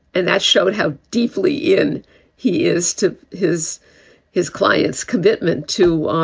and that showed how deeply in he is to his his client's commitment to, ah